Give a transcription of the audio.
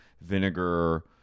vinegar